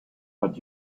but